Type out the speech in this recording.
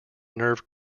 nerve